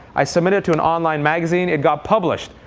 i submit it to an online magazine. it got published.